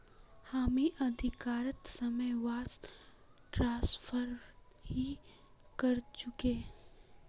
हामी अधिकतर समय वायर ट्रांसफरत ही करचकु